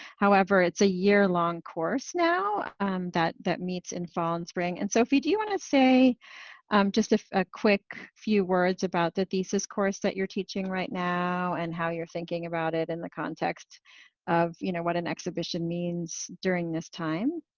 however, it's a year-long course now that that meets in fall and spring. and sophy, do you wanna say um just a quick few words about the thesis course that you're teaching right now and how you're thinking about it in the context of you know what an exhibition means during this time?